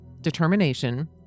determination